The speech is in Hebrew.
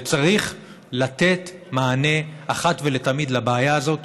וצריך לתת מענה אחת ולתמיד לבעיה הזאת.